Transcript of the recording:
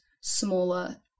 smaller